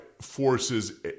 forces